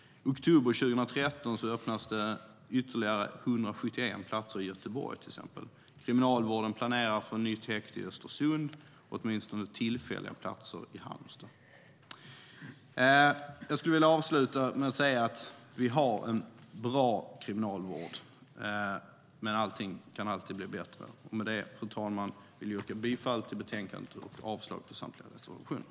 I oktober 2013 öppnas ytterligare 171 platser i Göteborg. Kriminalvården planerar för ett nytt häkte i Östersund och för åtminstone tillfälliga platser i Halmstad. Jag vill avsluta med att säga att vi har en bra kriminalvård, men allting kan alltid bli bättre. Fru talman! Jag yrkar bifall till förslaget i betänkandet och avslag på samtliga reservationer.